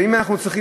ואם אנחנו צריכים,